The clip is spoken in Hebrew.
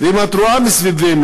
ואם את רואה מסביבנו,